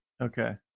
Okay